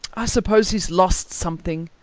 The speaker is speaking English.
i suppose he's lost something.